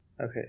Okay